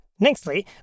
Nextly